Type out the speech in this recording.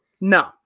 No